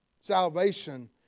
salvation